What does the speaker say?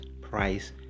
Price